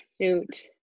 shoot